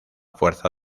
fuerza